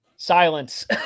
Silence